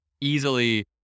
easily